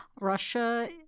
Russia